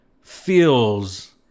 feels